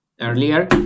earlier